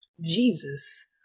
Jesus